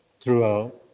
throughout